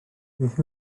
beth